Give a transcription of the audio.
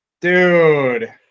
dude